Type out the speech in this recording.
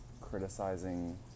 criticizing